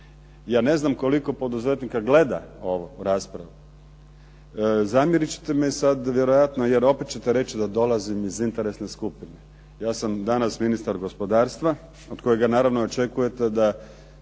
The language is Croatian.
ja ne znam koliko poduzetnika gleda ovu raspravu. Zamjerit ćete mi sad vjerojatno, jer opet ćete reći da dolazim iz interesne skupine. Ja sam danas ministar gospodarstva, od kojega naravno očekujete da